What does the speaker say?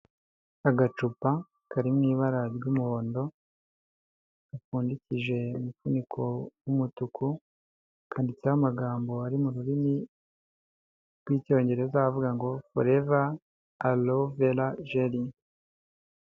Agacupa kari mw'ibara ry'umuhondo gapfundikije umufuniko w' umutuku kandiditseho amagambo ari mu rurimi rw'icyongereza avuga ngo foreva alo vera geri..